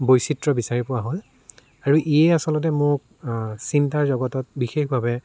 বৈচিত্ৰ বিচাৰি পোৱা হ'ল আৰু ইয়ে আচলতে মোক চিন্তাৰ জগতত বিশেষভাৱে